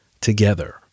together